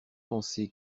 pensé